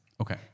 Okay